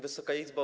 Wysoka Izbo!